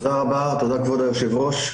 תודה רבה כבוד היושב ראש.